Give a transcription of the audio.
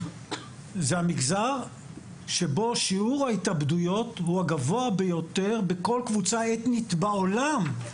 זה המגזר שבו שיעור ההתאבדויות הוא הגבוה ביותר בכל קבוצה אתנית בעולם,